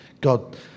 God